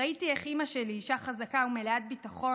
ראיתי איך אימא שלי, אישה חזקה ומלאת ביטחון,